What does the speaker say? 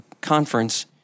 conference